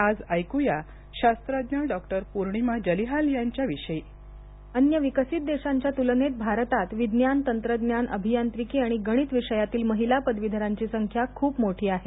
आज शास्त्रज्ञ डॉक्टर पूर्णिमा जलिहाल यांच्याविषयी अन्य विकसित देशांच्या तुलनेत भारतात विज्ञान तंत्रज्ञान अभियांत्रिकी आणि गणित विषयातील महिला पदवीधरांची संख्या खूप मोठी आहे